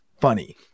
funny